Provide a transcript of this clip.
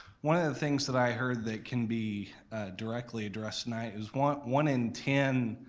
one of the things that i heard that can be directly addressed tonight is one one in ten